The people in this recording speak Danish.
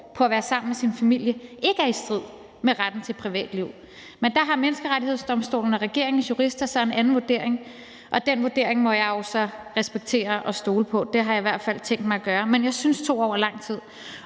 på at være sammen med sin familie, ikke er i strid med retten til privatliv. Men der har Menneskerettighedsdomstolen og regeringens jurister så en anden vurdering, og den vurdering må jeg jo så respektere og stole på. Det har jeg i hvert fald tænkt mig at gøre. Men jeg synes, at 2 år er lang tid.